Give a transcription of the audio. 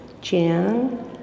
Jan